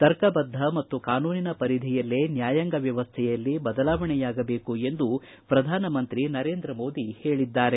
ತರ್ಕಬದ್ದ ಮತ್ತು ಕಾನೂನಿನ ಪರಿಧಿಯಲ್ಲೇ ನ್ಯಾಯಾಂಗ ವ್ಯವಸ್ಥೆಯಲ್ಲಿ ಬದಲಾವಣೆಯಾಗಬೇಕು ಎಂದು ಪ್ರಧಾನಮಂತ್ರಿ ನರೇಂದ್ರ ಮೋದಿ ಹೇಳದ್ದಾರೆ